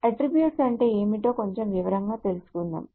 attribute అంటే ఏమిటో కొంచెం వివరంగా తెలుసుకుందాము